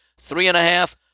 three-and-a-half